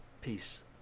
Peace